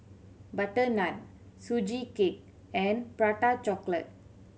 butter naan Sugee Cake and Prata Chocolate